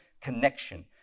connection